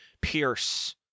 pierce